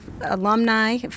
alumni